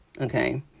okay